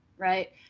Right